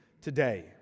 today